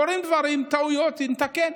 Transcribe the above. קורים דברים, טעויות, נתקן.